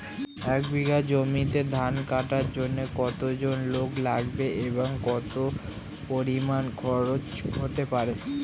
এক বিঘা জমিতে ধান কাটার জন্য কতজন লোক লাগবে এবং কত পরিমান খরচ হতে পারে?